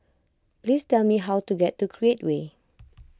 please tell me how to get to Create Way